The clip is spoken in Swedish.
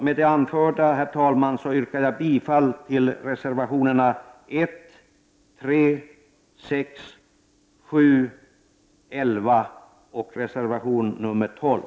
Med det anförda, herr talman, yrkar jag bifall till reservationerna 1, 3, 6, 7, 11 och 12.